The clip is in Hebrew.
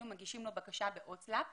היינו מגישים לו בקשה בהוצאה לפועל,